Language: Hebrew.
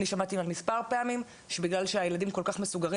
אני שמעתי מספר פעמים שבגלל שהילדים כל כך מסוגרים